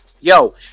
yo